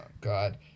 God